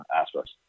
aspects